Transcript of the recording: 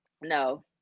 no